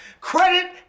credit